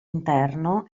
interno